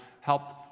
helped